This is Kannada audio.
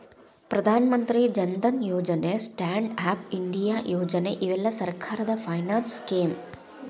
ಪ್ರಧಾನ ಮಂತ್ರಿ ಜನ್ ಧನ್ ಯೋಜನೆ ಸ್ಟ್ಯಾಂಡ್ ಅಪ್ ಇಂಡಿಯಾ ಯೋಜನೆ ಇವೆಲ್ಲ ಸರ್ಕಾರದ ಫೈನಾನ್ಸ್ ಸ್ಕೇಮ್